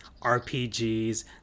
RPGs